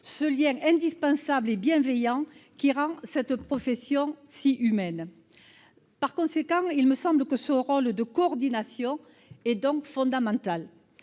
lien indispensable et bienveillant qui rend cette profession si humaine. Par conséquent, il me semble que ce rôle de coordination est fondamental.